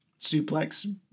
suplex